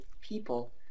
people